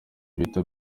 bita